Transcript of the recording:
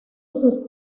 sus